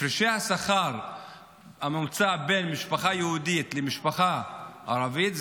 הפרשי השכר הממוצע בין משפחה יהודית למשפחה ערבית,